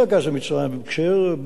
כשבממשלה העלינו את זה,